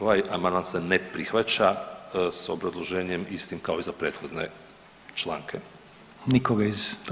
Ovaj amandman se ne prihvaća s obrazloženjem istim kao i za prethodne članke.